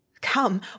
Come